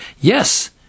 Yes